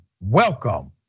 welcome